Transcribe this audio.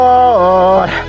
Lord